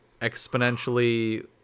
exponentially